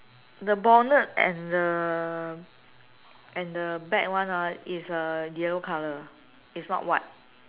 the bonnet and the and the back one ah is a yellow colour is not white